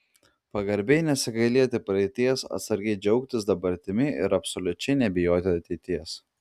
pagarbiai nesigailėti praeities atsargiai džiaugtis dabartimi ir absoliučiai nebijoti ateities